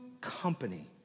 company